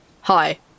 hi